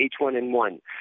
H1N1